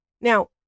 Now